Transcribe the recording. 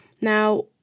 Now